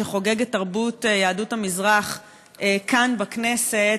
שחוגג את תרבות יהדות המזרח כאן בכנסת,